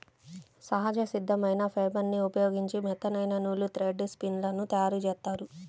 సహజ సిద్ధమైన ఫైబర్ని ఉపయోగించి మెత్తనైన నూలు, థ్రెడ్ స్పిన్ లను తయ్యారుజేత్తారు